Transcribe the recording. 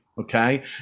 okay